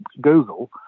google